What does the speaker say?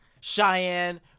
Cheyenne